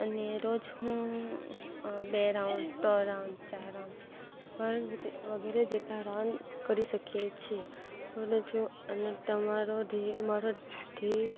અને રોજ હું બે રાઉન્ડ ત રાઉન્ડ ચાર રાઉન્ડ પણ વગેરે જેટલા રાઉન્ડ કરી શકીએ છીએ અને જો અને તમારો ધ્યેય મારો ધ્યેય